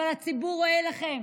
אבל הציבור רואה לכם,